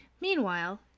Meanwhile